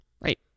Right